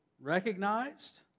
recognized